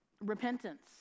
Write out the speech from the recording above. repentance